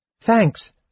Thanks